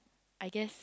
I guess